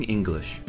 English